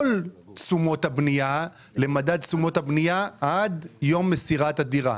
תשומות הבנייה למדד תשומות הבנייה עד יום מסירת הדירה.